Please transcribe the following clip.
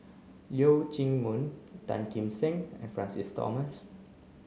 Leong Chee Mun Tan Kim Seng and Francis Thomas